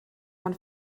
man